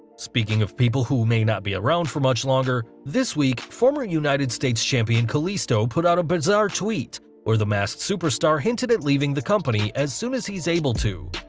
speaking of people who may not be around for much longer, this week former united states champion kalisto put out a bizarre tweet, where the masked superstar hinted at leaving the company as soon as he's able to.